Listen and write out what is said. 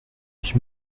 ich